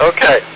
Okay